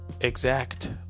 exact